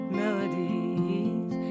melodies